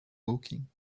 woking